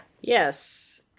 Yes